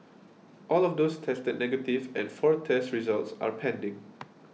all of those tested negative and four test results are pending